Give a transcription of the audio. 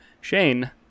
Shane